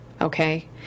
okay